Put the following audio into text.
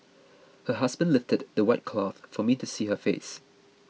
her husband lifted the white cloth for me to see her face